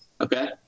Okay